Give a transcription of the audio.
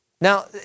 Now